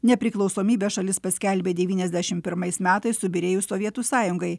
nepriklausomybę šalis paskelbė devyniasdešim pirmais metais subyrėjus sovietų sąjungai